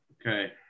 okay